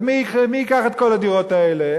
מי ייקח את כל הדירות האלה?